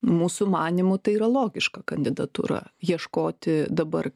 mūsų manymu tai yra logiška kandidatūra ieškoti dabar